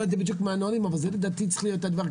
אני לא יודע מה בדיוק הנהלים אבל זה לדעתי צריך להיות הדבר.